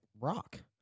rock